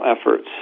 efforts